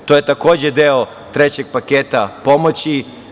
To je, takođe deo trećeg paketa pomoći.